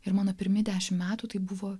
ir mano pirmi dešimt metų tai buvo